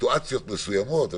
בסיטואציות מסוימות.